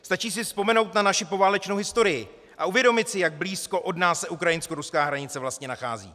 Stačí si vzpomenout na naši poválečnou historii a uvědomit si, jak blízko od nás se ukrajinskoruská hranice vlastně nachází.